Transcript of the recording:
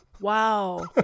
Wow